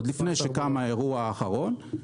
עוד לפני שקם האירוע האחרון,